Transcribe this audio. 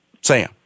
Sam